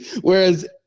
whereas